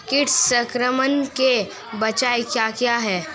कीट संक्रमण के बचाव क्या क्या हैं?